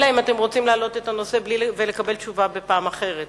אלא אם כן אתם רוצים להעלות את הנושא ולקבל תשובה בפעם אחרת.